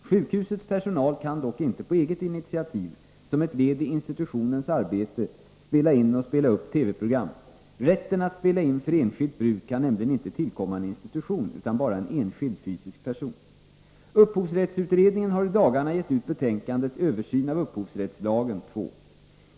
Sjukhusets personal kan dock inte på eget initiativ, som ett led i institutionens arbete, spela in och spela upp TV-program. Rätten att spela in för enskilt bruk kan nämligen inte tillkomma en institution utan bara en enskild fysisk person. Upphovsrättsutredningen har i dagarna gett ut betänkandet Översyn av upphovsrättslagen 2 .